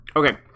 okay